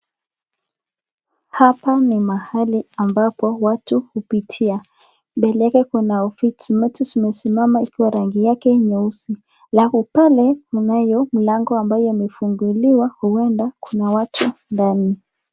Hapa ni mahali ambapo watu hupitia mbele yake kuna miti zimesimama ikiwa rangi yake ni nyeusi ya lahu pale kunayo mlango ambayo imefunguliwa huenda kuna watu ndani.